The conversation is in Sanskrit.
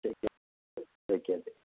शक्यते शक्यते